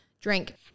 drink